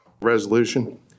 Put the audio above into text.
Resolution